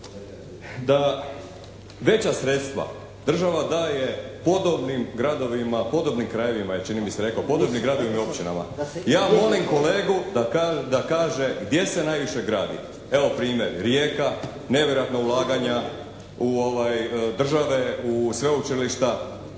da veća sredstva država daje podobnim gradovima, podobnim krajevima je čini mi se rekao, podobnim gradovima i općinama. Ja molim kolegu da kaže gdje se najviše gradi? Evo primjer Rijeka, nevjerojatna ulaganja u, države u sveučilišta.